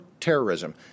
terrorism